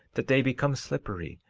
that they become slippery,